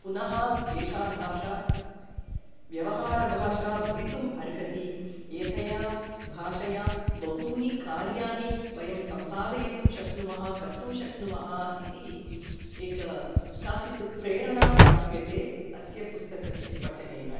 पुनः एषा भाषा व्यवहारभाषा भवितुम् अर्हति एतया भाषया बहूनि कार्यानि वयं सम्पादयितुं शक्नुमः कर्तुं शक्नुमः इति एक काचित् प्रेरणा प्राप्यते अस्य पुस्तकस्य पठनेन